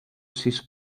sis